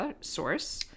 source